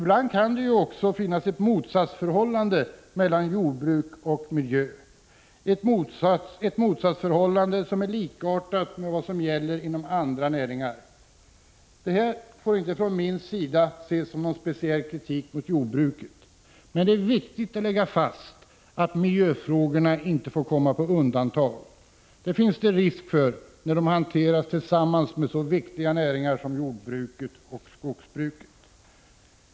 Det kan ibland finnas ett motsatsförhållande mellan jordbruk och miljö, en motsatsställning som är likartad vad som kan förekomma inom andra näringar. Detta konstaterande från min sida får inte ses som någon speciell kritik mot jordbruket. Men det är viktigt att slå fast att miljöfrågorna inte får komma på undantag. Det finns risk för detta när de hanteras i samma sammanhang som frågor som gäller så viktiga näringar som jordbruket och skogsbruket.